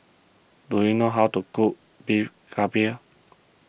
do you know how to cook Beef Galbi